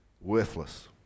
worthless